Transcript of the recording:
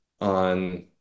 on